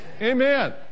Amen